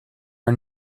our